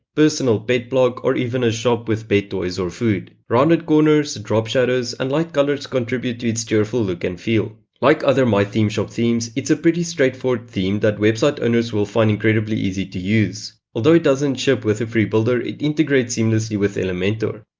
personal pet blog or even a shop with pet toys or food. rounded corners, drop shadows and light colors contribute to its cheerful look and feel. like other mythemeshop themes, it's a pretty straightforward theme that website owners will find incredibly easy to use. although it doesn't ship with a free builder, it integrates seamlessly with elementor.